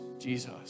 Jesus